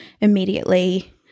immediately